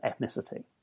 ethnicity